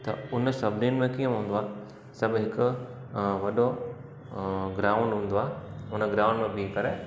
त उन सभिनि में कीअं हूंदो आहे सभु हिक वॾो ग्राउंड हूंदो आहे उन ग्राउंड में बीह करे